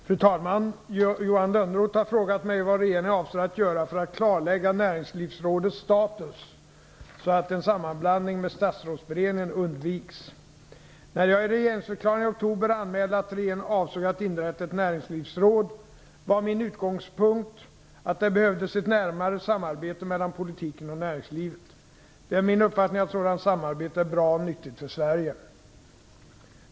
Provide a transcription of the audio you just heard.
Fru talman! Johan Lönnroth har frågat mig vad regeringen avser att göra för att klarlägga Näringslivsrådets status så att en sammanblandning med Statsrådsberedningen undviks. När jag i regeringsförklaringen i oktober anmälde att regeringen avsåg att inrätta ett näringslivsråd var min utgångspunkt att det behövdes ett närmare samarbete mellan politiken och näringslivet. Det är min uppfattning att ett sådant samarbete är bra och nyttigt för Sverige.